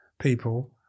people